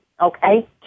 okay